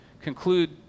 conclude